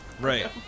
Right